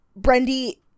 Brendy